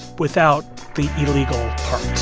without the illegal